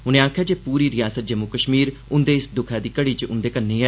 उनें आखेआ जे पूरे रिआसत जम्मू कश्मीर उंदे इस दुक्ख दी घड़ी च उंदे कन्नै ऐ